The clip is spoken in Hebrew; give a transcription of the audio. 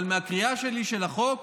אבל מהקריאה שלי של החוק